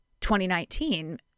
2019